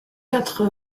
quatre